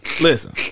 Listen